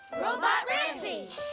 robot ripley's